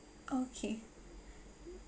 okay